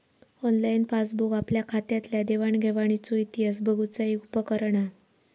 online passbook आपल्या खात्यातल्या देवाण घेवाणीचो इतिहास बघुचा एक उपकरण हा